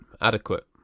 Adequate